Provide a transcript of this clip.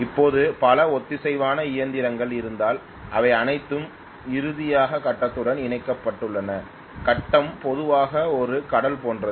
இப்போது பல ஒத்திசைவான இயந்திரங்கள் இருந்தால் அவை அனைத்தும் இறுதியாக கட்டத்துடன் இணைக்கப்பட்டுள்ளன கட்டம் பொதுவாக ஒரு கடல் போன்றது